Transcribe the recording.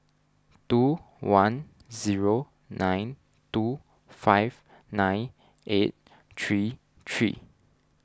two one zero nine two five nine eight three three